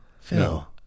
Phil